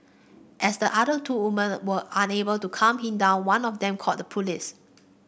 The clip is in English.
as the other two woman were unable to calm him down one of them called the police